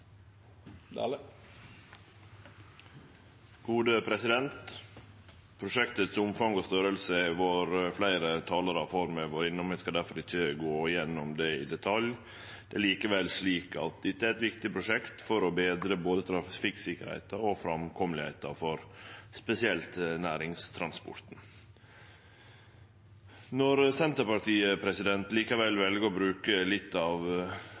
og størrelsen på prosjektet har fleire talarar før meg vore innom, eg skal difor ikkje gå igjennom det i detalj. Dette er eit viktig prosjekt for å betre både trafikksikkerheita og framkoma for spesielt næringstransporten. Når representanten for Senterpartiet likevel vel å bruke litt av